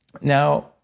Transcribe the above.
Now